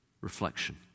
reflection